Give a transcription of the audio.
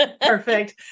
Perfect